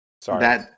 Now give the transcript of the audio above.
Sorry